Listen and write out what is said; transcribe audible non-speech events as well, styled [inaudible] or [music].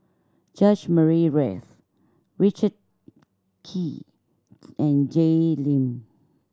George Murray Reith Richard Kee [unintelligible] and Jay Lim